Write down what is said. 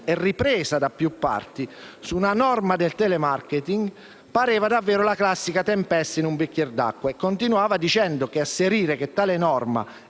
e ripresa da più parti su una norma del *telemarketing* pareva davvero «la classica tempesta in un bicchier d'acqua». Egli continuava dicendo che asserire che tale norma